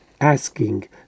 asking